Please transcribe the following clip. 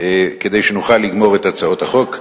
כדי שנוכל לגמור את הצעות החוק.